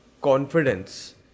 confidence